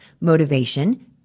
motivation